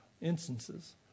instances